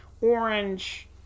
orange